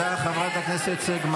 כסף, יש דברים --- תודה, חברת הכנסת סגמן.